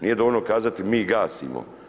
Nije dovoljno kazati mi gasimo.